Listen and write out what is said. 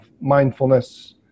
mindfulness